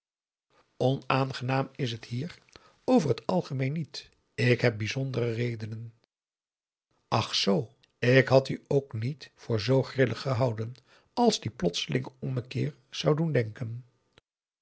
onaangenaam is het hier over t algemeen niet ik heb bijzondere redenen ach zoo ik had u ook niet voor zoo grillig gehouden als die plotselinge ommekeer zou doen denken